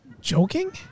joking